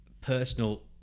personal